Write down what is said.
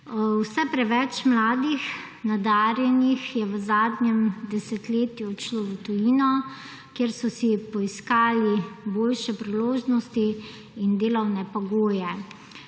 Vse preveč mladih nadarjenih je v zadnjem desetletju odšlo v tujino, kjer so si poiskali boljše priložnosti in delovne pogoje.